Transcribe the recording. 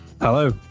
Hello